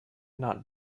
not